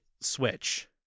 switch